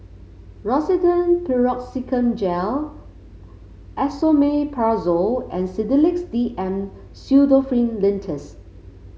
Rosiden Piroxicam Gel Esomeprazole and Sedilix DM Pseudoephrine Linctus